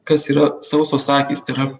kas yra sausos akys tai yra